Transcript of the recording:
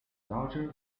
larger